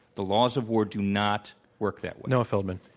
the laws of war do not work that way. noah feldman.